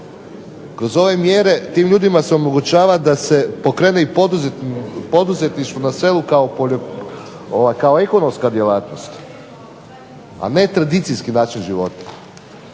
Kroz ove mjere tim ljudima se omogućava da se pokrene i poduzetništvo na selu kao ekonomska djelatnost, a ne tradicijski način života.